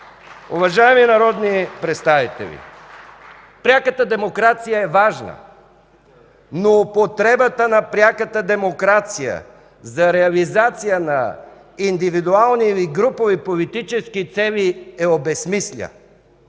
Уважаеми народни представители, пряката демокрация е важна, но употребата на пряката демокрация за реализация на индивидуални или групови политически цели я обезсмисля.